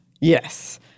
Yes